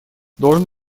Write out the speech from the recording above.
должен